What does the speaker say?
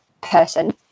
person